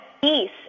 peace